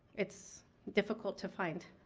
it's difficult to find.